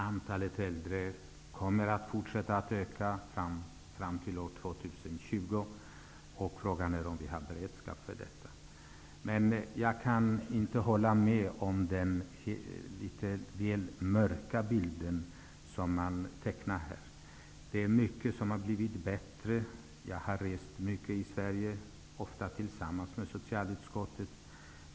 Antalet äldre kommer att fortsätta att öka fram till år 2020, och frågan är om vi har beredskap för detta. Jag kan däremot inte hålla med om den mörka bild som tecknas här. Det är mycket som har blivit bättre. Jag har rest mycket i Sverige, ofta med socialutskottet.